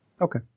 Okay